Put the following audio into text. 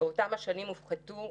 נושמים את ריחות הדלקים מבז"ן,